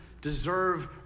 deserve